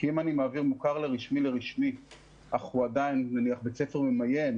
כי אם אני מעביר מוכר לרשמי אך הוא עדיין בית ספר ממיין,